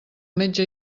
metge